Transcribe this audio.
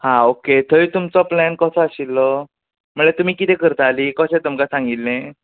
हां ओके थंय तुमचो प्लेन कसो आशिल्लो म्हणजे तुमी कितें करतालीं कशें तुमकां सांगिल्लें